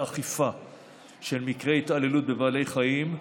ואכיפה של מקרי התעללות בבעלי חיים,